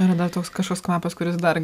yra dar toks kažkoks kvapas kuris dar